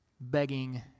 begging